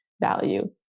value